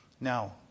Now